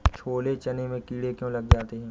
छोले चने में कीड़े क्यो लग जाते हैं?